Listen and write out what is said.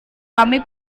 kami